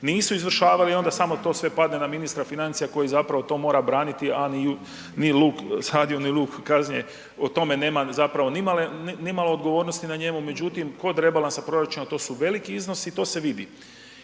nisu izvršavali i onda samo to sve padne na ministra financija koji zapravo to mora braniti, a ni luk sadio, ni luk …/nerazumljivo/… o tome nema nimalo odgovornosti na njemu, međutim kod rebalansa proračuna to su veliki iznosi i to se vidi.